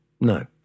No